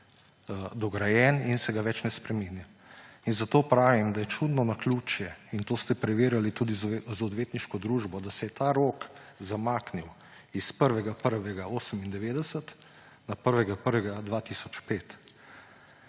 dograjen in se ga več ne spreminja. In zato pravim, da je čudno naključje, in to ste preverjali tudi z odvetniško družbo, da se je ta rok zamaknil iz 1. 1. 1998 na 1. 1. 2005.